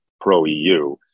pro-EU